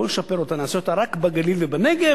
בואו נשפר אותה ונעשה אותה רק בגליל ובנגב,